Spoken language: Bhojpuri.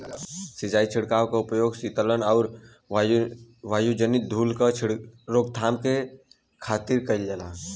सिंचाई छिड़काव क उपयोग सीतलन आउर वायुजनित धूल क रोकथाम के खातिर भी कइल जाला